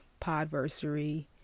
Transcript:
podversary